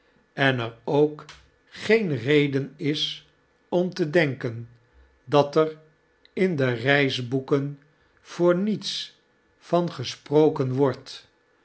en er ook geen reden is om te denken dat er in de reisboeken voor niets vangesproken wordt